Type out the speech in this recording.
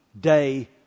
day